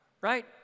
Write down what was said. Right